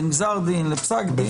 בין גזר דין לפסק דין.